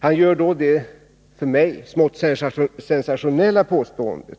Han gör då det för mig smått sensationella påståendet